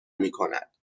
میکند